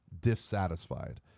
dissatisfied